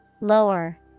Lower